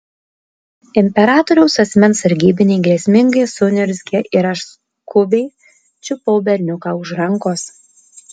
imperatoriaus asmens sargybiniai grėsmingai suniurzgė ir aš skubiai čiupau berniuką už rankos